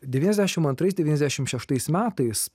devyniasdešimt antrais devyniasdešimt šeštais metais